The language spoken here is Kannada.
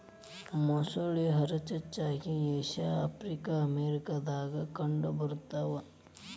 ಮೊಸಳಿ ಹರಚ್ಚಾಗಿ ಏಷ್ಯಾ ಆಫ್ರಿಕಾ ಅಮೇರಿಕಾ ದಾಗ ಕಂಡ ಬರತಾವ